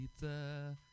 pizza